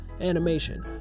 animation